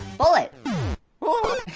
bullet huh?